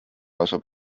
asub